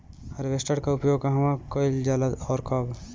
Harvester का उपयोग कहवा कइल जाला और कब?